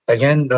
Again